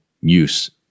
use